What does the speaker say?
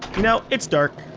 know it's dark.